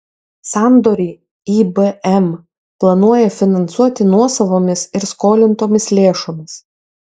sandorį ibm planuoja finansuoti nuosavomis ir skolintomis lėšomis